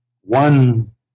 one